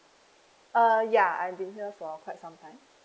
uh ya I have been here for quite some time